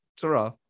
Ta-ra